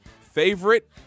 Favorite